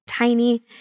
Tiny